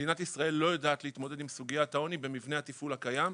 שמדינת ישראל לא יודעת להתמודד עם סוגיית העוני במבנה התפעול הקיים,